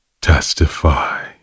Testify